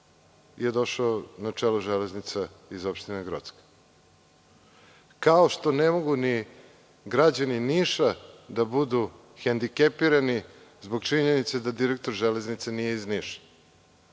je došao na čelo „Železnica“ iz opštine Grocka. Kao što ne mogu ni građani Niša da budu hendikepirani zbog činjenice da direktor „Železnica“ nije iz Niša.